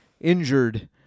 injured